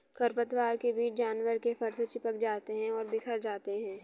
खरपतवार के बीज जानवर के फर से चिपक जाते हैं और बिखर जाते हैं